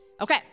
Okay